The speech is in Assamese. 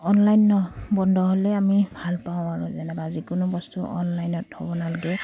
অনলাইন বন্ধ হ'লে আমি ভালপাওঁ আৰু যেনিবা যিকোনো বস্তু অনলাইনত হ'ব নালাগে